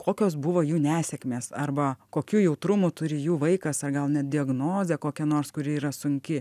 kokios buvo jų nesėkmės arba kokių jautrumų turi jų vaikas ar gal net diagnozė kokia nors kuri yra sunki